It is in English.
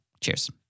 Cheers